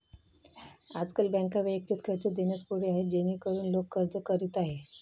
आजकाल बँका वैयक्तिक कर्ज देण्यास पुढे आहेत जेणेकरून लोक अर्ज करीत आहेत